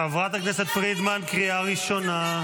חברת הכנסת פרידמן, קריאה ראשונה.